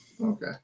okay